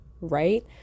right